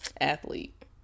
athlete